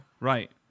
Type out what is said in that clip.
Right